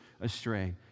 astray